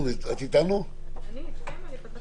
חדרי אוכל ניתן את המרחבים החיצוניים שייצאו החוצה.